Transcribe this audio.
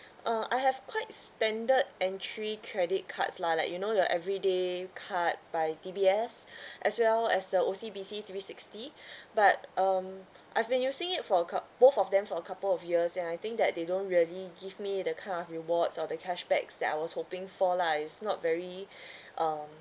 uh I have quite standard entry credit cards lah like you know your everyday card by D_B_S as well as uh O_C_B_C three sixty but um I've been using it for a coup~ both of them for a couple of years and I think that they don't really give me the kind of rewards or the cashbacks that I was hoping for lah it's not very um